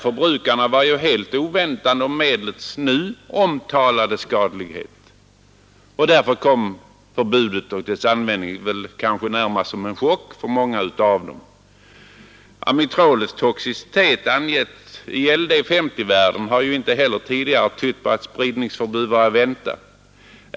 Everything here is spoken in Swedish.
Förbrukarna var helt ovetande om medlets nu omtalade skadlighet, och därför kom förbudet mot dess användning närmast som en chock för många av dem. Amitrolets toxicitet, angiven i LD 50-värden, har inte heller tidigare tytt på att spridningsförbud var att vänta.